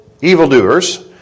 evildoers